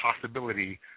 possibility